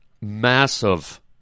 massive